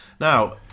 Now